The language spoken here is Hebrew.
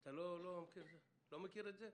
אתה לא מכיר את זה?